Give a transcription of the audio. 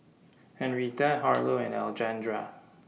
Henrietta Harlow and Alejandra